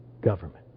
government